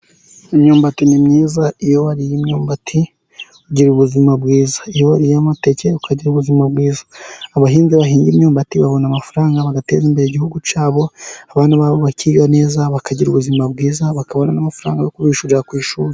Imyumbati ni myiza, iyo wariye imyumbati ugira ubuzima bwiza. iyo wariye amateke ukagira ubuzima bwiza. Abahinzi bahinga imyumbati babona amafaranga bagateza imbere igihugu cyabo, abana babo bakiga neza, bakagira ubuzima bwiza, bakabona n'amafaranga yo kubishyurira ku ishuri.